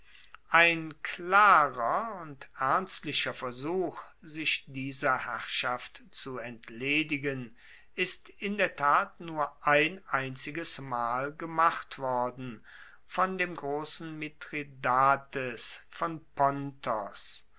ein klarer und ernstlicher versuch sich dieser herrschaft zu entledigen ist in der tat nur ein einziges mal gemacht worden von dem grossen mithradates von pontos